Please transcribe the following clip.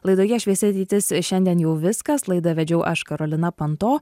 laidoje šviesi ateitis šiandien jau viskas laidą vedžiau aš karolina panto